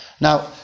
now